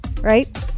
right